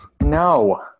No